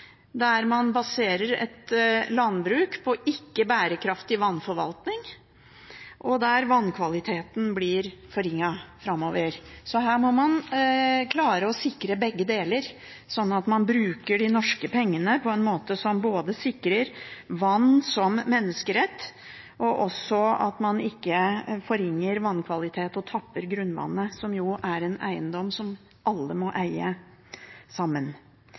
der man baserer et landbruk på en ikke bærekraftig vannforvaltning, og der vannkvaliteten blir forringet framover. Her må man klare å sikre begge deler, sånn at man bruker de norske pengene på en måte som både sikrer vann som menneskerett og gjør at man ikke forringer vannkvaliteten og tapper grunnvannet, som jo er en eiendom som alle må eie sammen.